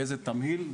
באיזה תמהיל,